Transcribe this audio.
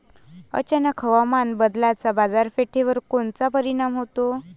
अचानक हवामान बदलाचा बाजारपेठेवर कोनचा परिणाम होतो?